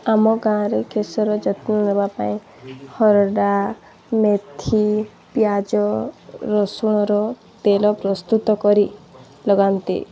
ଆମ ଗାଁରେ କେଶର ଯତ୍ନ ନେବାପାଇଁ ହରିଡ଼ା ମେଥି ପିଆଜ ରସୁଣର ତେଲ ପ୍ରସ୍ତୁତ କରି ଲଗାନ୍ତି